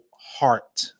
heart